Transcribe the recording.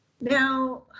now